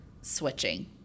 switching